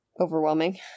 overwhelming